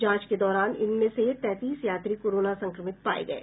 जांच के दौरान इनमें से तैंतीस यात्री कोरोना संक्रमित पाये गये